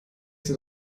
sind